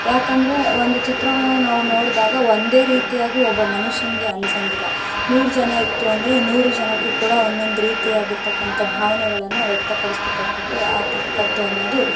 ಯಾಕಂದರೆ ಒಂದು ಚಿತ್ರವನ್ನು ನಾವು ನೋಡಿದಾಗ ಒಂದೇ ರೀತಿಯಾಗಿ ಒಬ್ಬ ಮನುಷ್ಯನಿಗೆ ಅನ್ಸಂಗಿಲ್ಲ ನೂರು ಜನ ಇತ್ತು ಅಂದರೆ ನೂರು ಜನಕ್ಕೂ ಕೂಡ ಒಂದೊಂದು ರೀತಿಯಾಗಿರ್ತಕ್ಕಂಥ ಭಾವ್ನೆಗಳನ್ನು ವ್ಯಕ್ತಪಡಿಸ್ತಕ್ಕಂಥದ್ದು ಆ ತಾಕತ್ತು ಅನ್ನೋದು